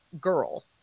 girl